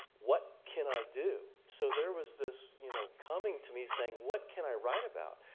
what can i do? so, there was this, you know, coming to me saying, what can i write about?